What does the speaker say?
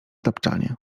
tapczanie